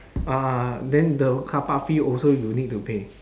ah then the carpark fee also you need to pay